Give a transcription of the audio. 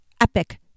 epic